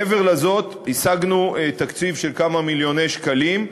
מעבר לזה, השגנו תקציב של כמה מיליוני שקלים.